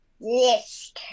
Yes